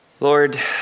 Lord